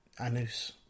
Anus